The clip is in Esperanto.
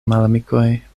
malamikoj